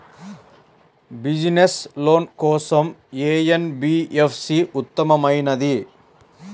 Business loan కోసం ఏ NBFC ఉత్తమమైనది?